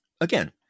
Again